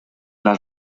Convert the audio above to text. las